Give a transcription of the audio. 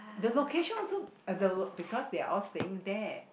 the location also uh the because they are all staying there